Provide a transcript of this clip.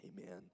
Amen